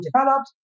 developed